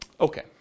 Okay